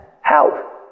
help